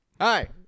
Hi